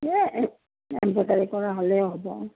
এই এম্ব্ৰইডাৰী কৰা হ'লেই হ'ব